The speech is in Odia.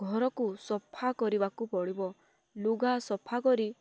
ଘରକୁ ସଫା କରିବାକୁ ପଡ଼ିବ ଲୁଗା ସଫା କରି